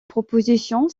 proposition